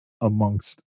amongst